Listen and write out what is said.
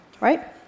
right